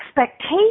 expectation